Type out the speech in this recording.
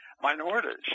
minorities